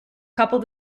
couple